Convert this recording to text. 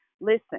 listen